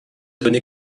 donné